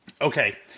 okay